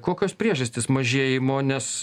kokios priežastys mažėjimo nes